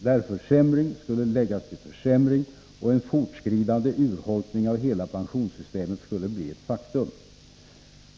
där försämring skulle läggas till försämring och en fortskridande urholkning av hela pensionssystemet skulle bli ett faktum.